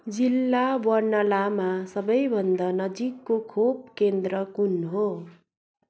जिल्ला बर्नालामा सबैभन्दा नजिकको खोप केन्द्र कुन हो